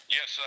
Yes